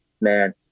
Man